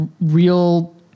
real